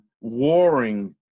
warring